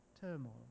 turmoil